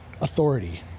authority